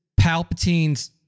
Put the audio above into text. Palpatine's